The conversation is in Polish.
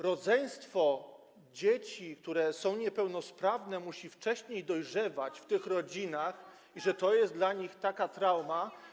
rodzeństwo dzieci, które są niepełnosprawne, musi wcześniej dojrzewać w tych rodzinach i że to jest dla nich taka trauma.